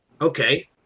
Okay